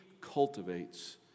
cultivates